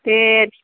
दे